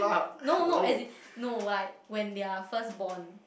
no no as in no like when they're first born